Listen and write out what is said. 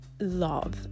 love